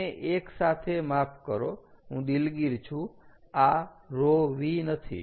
બંને એક સાથે માફ કરો હું દિલગીર છું આ ρV નથી